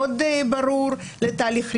מאוד ברור לתהליך רישוי,